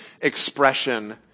expression